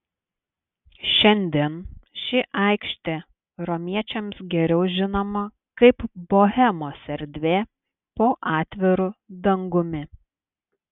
šiandien ši aikštė romiečiams geriau žinoma kaip bohemos erdvė po atviru dangumi